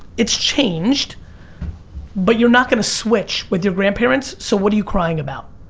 it's changed but you're not going to switch with your grandparents, so what are you crying about?